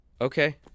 Okay